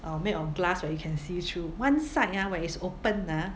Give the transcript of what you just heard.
uh made of glass where you can see through one side ah where is open ah